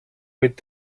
mit